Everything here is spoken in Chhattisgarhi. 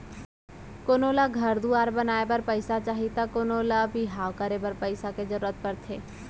कोनो ल घर दुवार बनाए बर पइसा चाही त कोनों ल बर बिहाव करे बर पइसा के जरूरत परथे